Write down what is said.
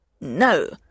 no